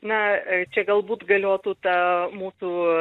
na čia galbūt galiotų ta mūsų